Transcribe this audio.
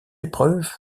épreuve